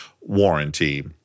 warranty